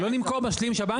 לא נמכור משלים שב"ן?